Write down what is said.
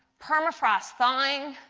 permafrost flying,